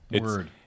Word